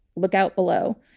look out below.